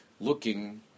looking